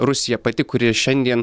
rusija pati kuri šiandien